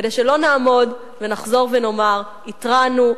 כדי שלא נעמוד ונחזור ונאמר: התרענו,